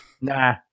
Nah